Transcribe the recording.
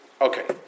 okay